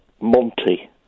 Monty